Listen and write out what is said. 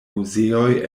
muzeoj